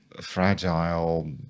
fragile